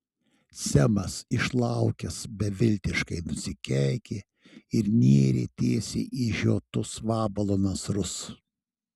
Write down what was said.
semas išlaukęs beviltiškai nusikeikė ir nėrė tiesiai į išžiotus vabalo nasrus